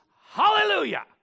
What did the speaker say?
hallelujah